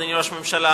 אדוני ראש הממשלה,